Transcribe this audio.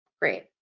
Great